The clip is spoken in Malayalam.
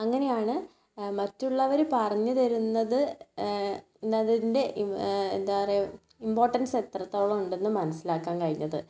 അങ്ങനെയാണ് മറ്റുള്ളവർ പറഞ്ഞുതരുന്നത് അതിന്റെ എന്താ പറയുക ഇംപോർട്ടൻസ് എത്രത്തോളം ഉണ്ടെന്ന് മനസ്സിലാക്കാൻ കഴിഞ്ഞത്